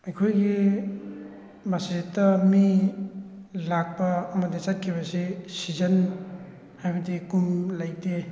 ꯑꯩꯈꯣꯏꯒꯤ ꯃꯁꯖꯤꯠꯇ ꯃꯤ ꯂꯥꯛꯄ ꯑꯃꯗꯤ ꯆꯠꯈꯤꯕꯁꯤ ꯁꯤꯖꯟ ꯍꯥꯏꯕꯗꯤ ꯀꯨꯝ ꯂꯩꯇꯦ